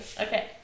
Okay